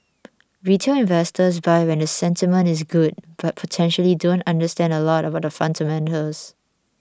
retail investors buy when the sentiment is good but potentially don't understand a lot about the fundamentals